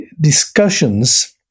discussions